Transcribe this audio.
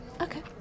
okay